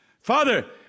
Father